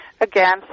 again